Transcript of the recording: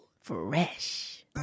Fresh